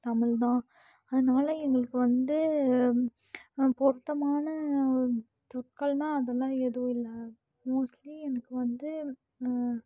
தமிழ் தான் அதனால் எங்களுக்கு வந்து பொருத்தமான சொற்கள்ன்னா அது எல்லாம் எதுவும் இல்லை மோஸ்ட்லீ எனக்கு வந்து